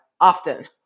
often